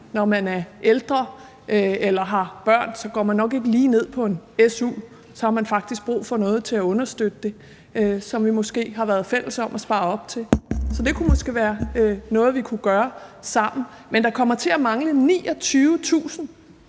Når man er ældre eller har børn, går man nok ikke lige ned på en SU; så har man faktisk brug for noget til at understøtte det, noget, som vi måske har været fælles om at spare op til. Så det kunne måske være noget, vi kunne gøre sammen. Men der kommer til at mangle 29.000